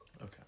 Okay